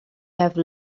have